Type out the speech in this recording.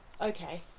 Okay